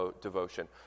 devotion